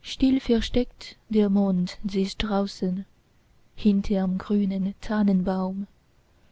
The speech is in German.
still versteckt der mond sich draußen hinterm grünen tannenbaum